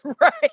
Right